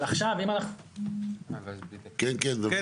כן, כן.